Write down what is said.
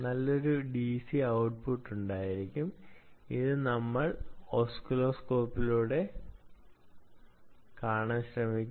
നല്ലൊരു DC output ഉണ്ടായിരിക്കും അത് നിങ്ങൾക്ക് ഓസിലോസ്കോപ്പിൽ കാണാൻ കഴിയും